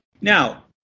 Now